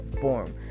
form